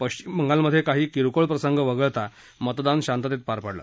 पश्चिम बंगालमधे काही किरकोळ प्रसंग वगळता मतदान शांततेत पार पडलं